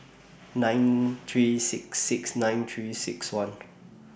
nine three six six nine three six one